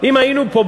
אם היינו פה,